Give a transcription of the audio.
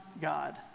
God